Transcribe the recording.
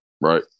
Right